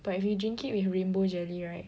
but if you drink it with rainbow jelly right